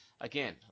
again